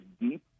deep